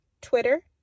twitter